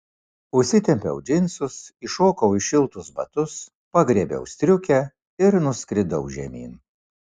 užsitempiau džinsus įšokau į šiltus batus pagriebiau striukę ir nuskridau žemyn